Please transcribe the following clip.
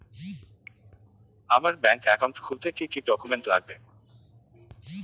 আমার bank account খুলতে কি কি ডকুমেন্ট লাগবে?